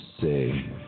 say